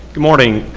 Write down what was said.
morning.